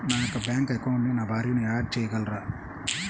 నా యొక్క బ్యాంక్ అకౌంట్కి నా భార్యని యాడ్ చేయగలరా?